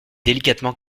délicatement